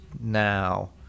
now